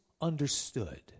understood